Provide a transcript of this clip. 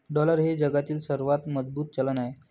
dollar हे जगातील सर्वात मजबूत चलन आहे